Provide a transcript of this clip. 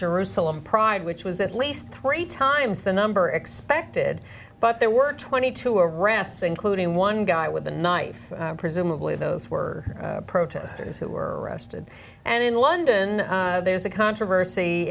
jerusalem pride which was at least three times the number expected but there were twenty two arrests including one guy with a knife presumably those were protesters who were arrested and in london there's a controversy